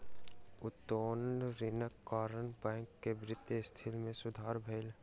उत्तोलन ऋणक कारणेँ बैंक के वित्तीय स्थिति मे सुधार भेल